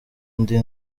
ndi